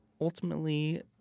ultimately